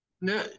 no